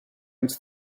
into